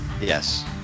yes